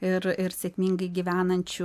ir ir sėkmingai gyvenančių